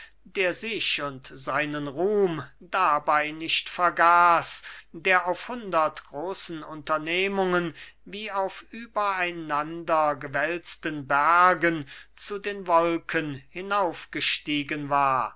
der sich und seinen ruhm dabei nicht vergaß der auf hundert großen unternehmungen wie auf übereinander gewälzten bergen zu den wolken hinaufgestiegen war